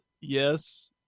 yes